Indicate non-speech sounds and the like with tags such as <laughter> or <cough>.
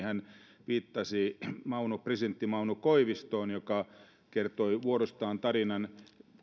<unintelligible> hän viittasi presidentti mauno koivistoon joka vuorostaan kertoi tarinan